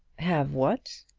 have what?